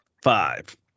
Five